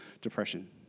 depression